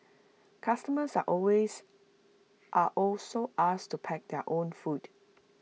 customers are always are also asked to pack their own food